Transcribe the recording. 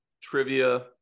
Trivia